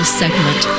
segment